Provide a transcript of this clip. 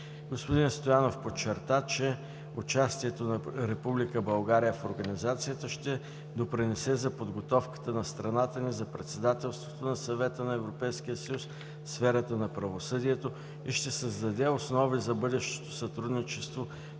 Господин Стоянов подчерта, че участието на Република България в Организацията ще допринесе за подготовката на страната ни за председателството на Съвета на Европейския съюз в сферата на правосъдието и ще създаде основи за бъдещо сътрудничество